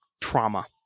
trauma